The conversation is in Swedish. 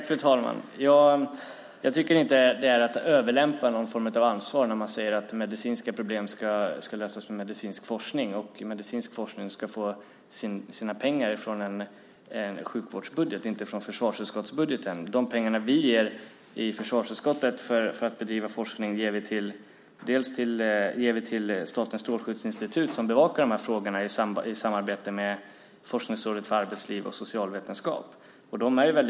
Fru talman! Jag tycker inte att det är att överlämpa någon form av ansvar när man säger att medicinska problem ska lösas med medicinsk forskning och att medicinsk forskning ska få sina pengar från en sjukvårdsbudget och inte från försvarsutskottsbudgeten. De pengar som vi ger i försvarsutskottet för att bedriva forskning ger vi till Statens strålskyddsinstitut, som bevakar de här frågorna i samarbete med Forskningsrådet för arbetsliv och socialvetenskap.